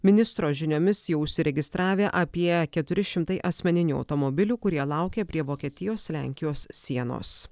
ministro žiniomis jau užsiregistravę apie keturi šimtai asmeninių automobilių kurie laukia prie vokietijos lenkijos sienos